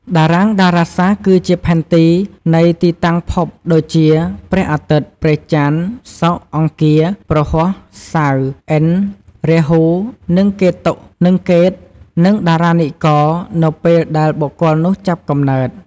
តារាងតារាសាស្ត្រគឺជាផែនទីនៃទីតាំងភពដូចជា ព្រះអាទិត្យ ព្រះច័ន្ទ សុក្រ អង្គារ ព្រហស្បតិ៍ សៅរ៍ ឥន្ទ្រ រាហ៊ូ និងកេតុ និងតារានិករ នៅពេលដែលបុគ្គលនោះចាប់កំណើត។